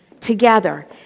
together